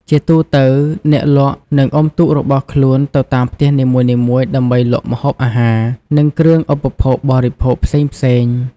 ជាទូទៅអ្នកលក់នឹងអុំទូករបស់ខ្លួនទៅតាមផ្ទះនីមួយៗដើម្បីលក់ម្ហូបអាហារ និងគ្រឿងឧបភោគបរិភោគផ្សេងៗ។